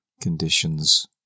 conditions